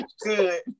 good